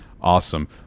awesome